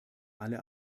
alle